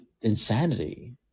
insanity